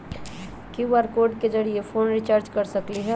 QR code के जरिय phone recharge कर सकली ह?